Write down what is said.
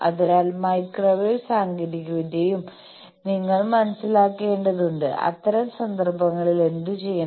അതിനാൽ മൈക്രോവേവ് സാങ്കേതികവിദ്യയും നിങ്ങൾ മനസ്സിലാക്കേണ്ടതുണ്ട് അത്തരം സന്ദർഭങ്ങളിൽ എന്തുചെയ്യണം